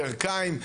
ברכיים,